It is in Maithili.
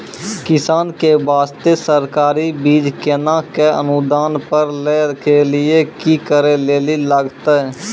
किसान के बास्ते सरकारी बीज केना कऽ अनुदान पर लै के लिए की करै लेली लागतै?